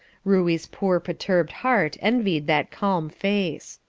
ruey's poor perturbed heart envied that calm face.